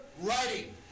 writing